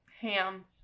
Ham